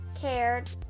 cared